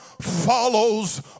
follows